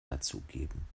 dazugeben